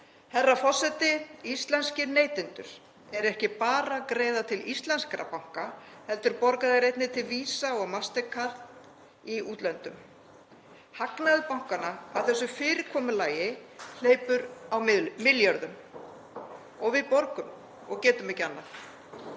Herra forseti. Íslenskir neytendur eru ekki bara að greiða til íslenskra banka heldur borga þeir einnig til Visa og Mastercard í útlöndum. Hagnaður bankanna af þessu fyrirkomulagi hleypur á milljörðum og við borgum og getum ekki annað.